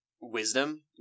wisdom